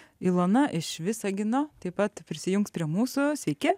ilona iš visagino taip pat prisijungs prie mūsų sveiki